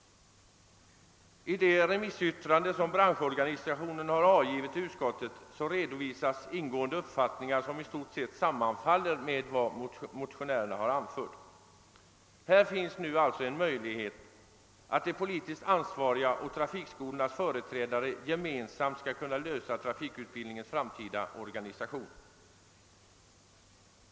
I det remissyttrande som branschorganet har avgett till utskottet redovisas uppfattningar som i stort sett sammanfaller med vad motionärerna har anfört. Här finns alltså nu en möjlighet att de politiskt ansvariga och trafikskolornas företrädare gemensamt skall kunna lösa trafikutbildningens framtida organisation.